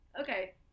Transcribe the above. okay